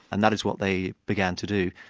and that is what they began to do.